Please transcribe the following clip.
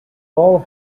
all